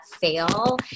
fail